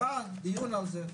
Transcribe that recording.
ונקבע לשלישי הבא דיון על זה.